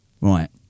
Right